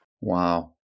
Wow